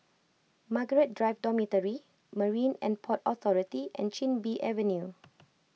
Margaret Drive Dormitory Marine and Port Authority and Chin Bee Avenue